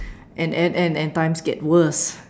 and and and and times get worse